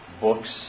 books